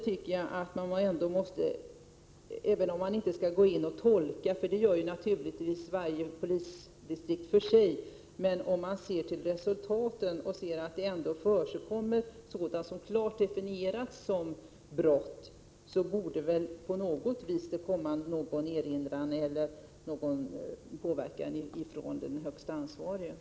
Även om vi inte skall gå in och tolka lagarna — det gör naturligtvis varje polisdistrikt för sig — anser jag att det väl borde komma någon erinran eller annan reaktion från de högsta ansvariga på området om man ser att resultatet är att det ändå förekommer sådant som klart definierats som brott.